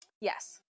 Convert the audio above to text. Yes